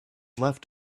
left